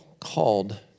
called